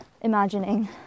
imagining